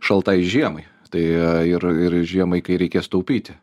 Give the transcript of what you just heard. šaltai žiemai tai ir ir žiemai kai reikės taupyti